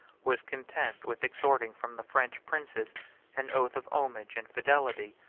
was content with extorting from the french princes an oath of homage and fidelity,